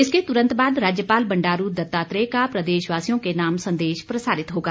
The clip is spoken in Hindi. इसके तुरंत बाद राज्यपाल बंडारू दत्तात्रेय का प्रदेशवासियों के नाम संदेश प्रसारित होगा